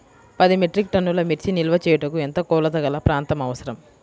పది మెట్రిక్ టన్నుల మిర్చి నిల్వ చేయుటకు ఎంత కోలతగల ప్రాంతం అవసరం?